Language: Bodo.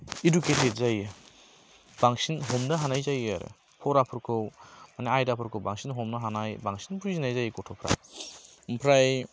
एडुकेटेड जायो बांसिन हमनो हानाय जायो आरो फराफोरखौ माने आयदाफोरखौ बांसिन हमनो हानाय बांसिन बुजिनाय जायो गथ'फ्रा आमफ्राय